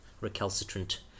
recalcitrant